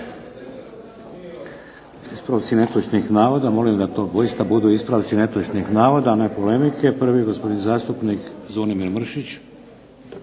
Ispravci netočnih navoda, molim da to doista budu ispravci netočnih navoda a ne polemike. Prvi gospodin zastupnik Zvonimir Mršić.